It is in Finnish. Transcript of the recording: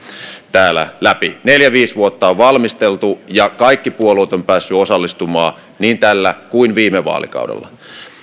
täällä läpi neljä viisi vuotta on valmisteltu ja kaikki puolueet ovat päässeet osallistumaan niin tällä kuin viime vaalikaudella